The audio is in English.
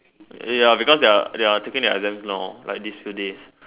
ya because they're they're taking their exam now like these few days